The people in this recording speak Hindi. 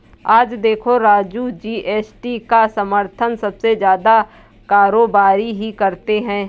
आज देखो राजू जी.एस.टी का समर्थन सबसे ज्यादा कारोबारी ही करते हैं